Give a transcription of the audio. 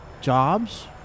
jobs